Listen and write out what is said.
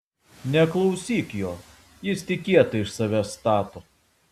neklausyk jo jis tik kietą iš savęs stato